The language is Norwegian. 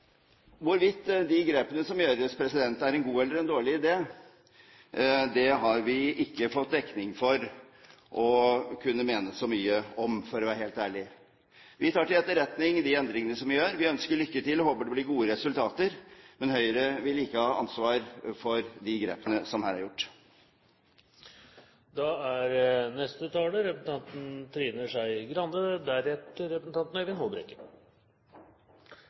Hvorvidt de grepene som gjøres, er en god eller en dårlig idé, har vi ikke fått dekning for å kunne mene så mye om – for å være helt ærlig. Vi tar til etterretning de endringene som gjøres, og vi ønsker lykke til og håper det blir gode resultater. Men Høyre vil ikke ha ansvaret for de grepene som her er gjort. Som liberaler har jeg som utgangspunkt at jeg tror godt om folk inntil det motsatte er